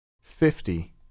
Fifty